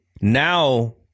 now